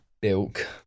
Bilk